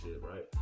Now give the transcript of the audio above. right